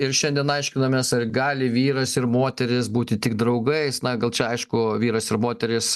ir šiandien aiškinamės ar gali vyras ir moteris būti tik draugais na gal čia aišku vyras ir moteris